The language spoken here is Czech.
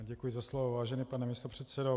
Děkuji za slovo, vážený pane místopředsedo.